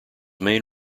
main